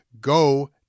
Go